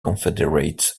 confederate